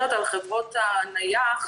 חברות הנייח